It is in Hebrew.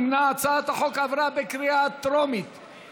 ההצעה להעביר את הצעת חוק שירותי הדת היהודיים (תיקון,